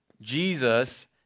Jesus